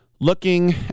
looking